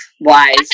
wise